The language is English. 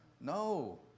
No